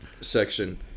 Section